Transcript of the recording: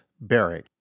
Bearing